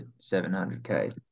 700K